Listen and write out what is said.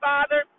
Father